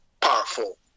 powerful